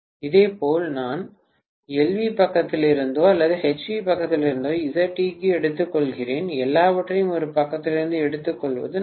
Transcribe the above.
இதேபோல் நான் LV பக்கத்திலிருந்தோ அல்லது HV பக்கத்திலிருந்தோ Zeq எடுத்துக்கொள்கிறேன் எல்லாவற்றையும் ஒரு பக்கத்திலிருந்து எடுத்துக்கொள்வது நல்லது